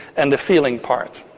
and the feeling part.